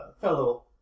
fellow